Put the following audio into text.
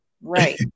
Right